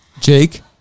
Jake